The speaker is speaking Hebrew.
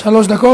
שלוש דקות.